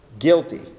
Guilty